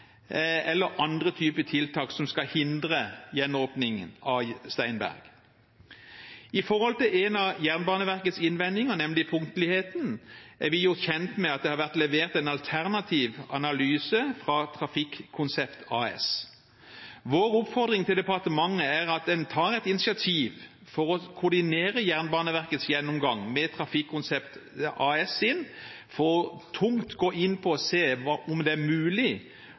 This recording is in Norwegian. eller andre typer tiltak som skal hindre gjenåpningen av Steinberg. Når det gjelder en av Jernbaneverkets innvendinger, nemlig punktligheten, er vi gjort kjent med at det har vært levert en alternativ analyse fra Trafikkonsept AS. Vår oppfordring til departementet er at en tar et initiativ for å koordinere Jernbaneverkets gjennomgang med den fra Trafikkonsept AS for tungt å gå inn og se på hva det er mulig